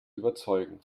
überzeugen